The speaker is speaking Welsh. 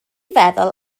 feddwl